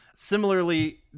Similarly